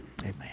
amen